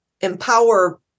empower